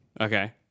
Okay